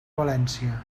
valència